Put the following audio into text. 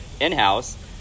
in-house